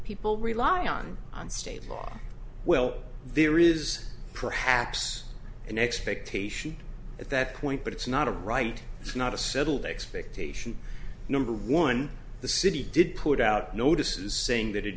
people relying on on state law well there is perhaps an expectation at that point but it's not a right it's not a settled expectation number one the city did put out notices saying that it